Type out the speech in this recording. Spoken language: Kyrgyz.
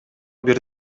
бир